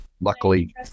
luckily